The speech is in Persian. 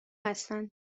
هستند